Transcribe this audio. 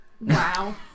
Wow